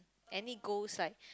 any goals like